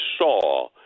saw